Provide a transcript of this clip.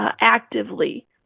actively